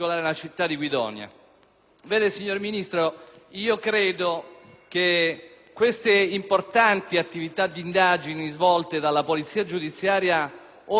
Signor Ministro, credo che le importanti attività di indagine svolte dalla polizia giudiziaria debbano ora trovare